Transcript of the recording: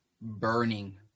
burning